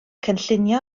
cynllunio